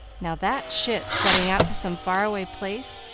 now, that ship, setting out for some far-away place,